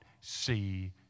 see